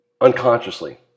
unconsciously